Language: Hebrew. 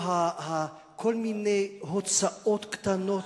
או כל מיני הוצאות קטנות,